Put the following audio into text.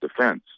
Defense